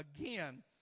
again